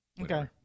Okay